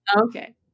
Okay